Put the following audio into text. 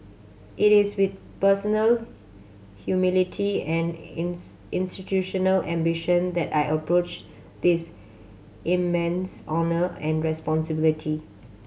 it is with personal humility and institutional ambition that I approach this immense honour and responsibility